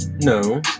no